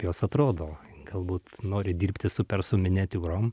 jos atrodo galbūt nori dirbti su persų miniatiūrom